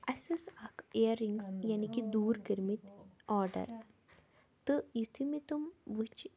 اَسہِ ٲس اَکھ اِیررِنٛگس یعنی کہِ دوٗر کٔرمٕتۍ آرڈَر تہٕ یُتھُے مےٚ تِم وٕچھ